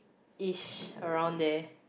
ish around there